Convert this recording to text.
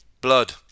Blood